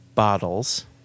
bottles